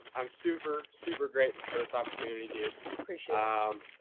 i'm super, super grateful for this opportunity, dude. appreciate um